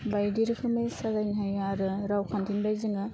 बायदि रोखोमै साजायनो हायो आरो रावखान्थिनिफाय जोङो